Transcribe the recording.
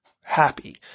happy